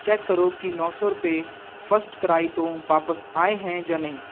check ਕਰੋ ਕਿ ਨੌ ਸੌ ਰੁਪਏ ਫ਼ਸਟਕ੍ਰਾਈ ਤੋਂ ਵਾਪਸ ਆਏ ਹੈ ਜਾਂ ਨਹੀਂ